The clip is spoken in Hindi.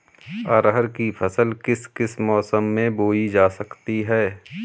अरहर की फसल किस किस मौसम में बोई जा सकती है?